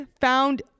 found